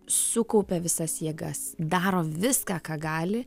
sukaupia visas jėgas daro viską ką gali